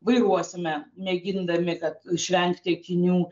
vairuosime mėgindami kad išvengti akinių